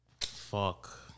Fuck